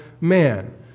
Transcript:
Man